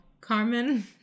Carmen